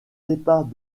départ